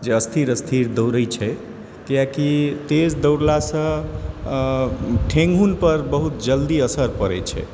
जे स्थिर स्थिर दौड़ै छै कियाकि तेज दौड़लासँ ठेहुनपर बहुत जल्दी असर पड़ै छै